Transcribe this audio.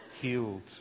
healed